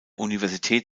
universität